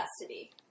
Custody